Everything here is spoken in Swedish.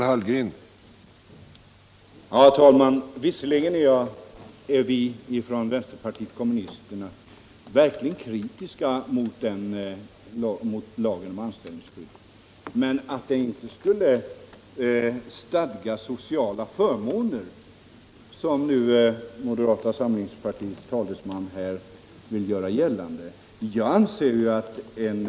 Herr talman! Visserligen är vi från vänsterpartiet kommunisterna verkligen kritiska mot lagen om anställningsskydd, men att den inte skulle stadga några sociala förmåner, som moderata samlingspartiets talesman här vill göra gällande, kan jag inte hålla med om.